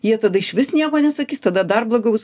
jie tada išvis nieko nesakys tada dar blogiau bus